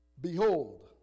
Behold